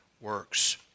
works